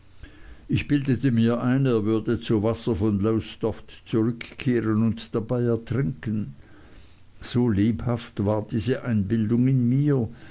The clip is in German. ich bildete mir ein er würde zu wasser von lowestoft zurückkehren und dabei ertrinken so lebhaft war diese einbildung in mir